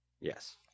Yes